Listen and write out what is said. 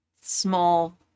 small